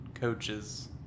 coaches